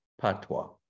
patois